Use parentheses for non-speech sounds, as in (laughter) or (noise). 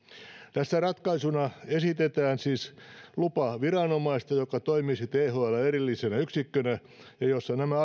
tässä ratkaisuna esitetään siis lupaviranomaista joka toimisi thln erillisenä yksikkönä ja jossa nämä (unintelligible)